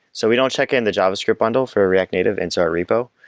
so we don't check in the javascript bundle for a react native into our repo,